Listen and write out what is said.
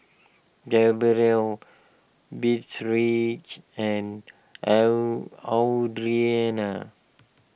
Gabriel Beatrice and L Audrianna